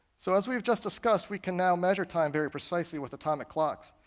so as we have just discussed, we can now measure time very precisely with atomic clocks.